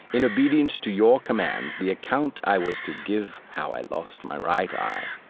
in obedience to your commands, the account i was to give how i lost my right eye,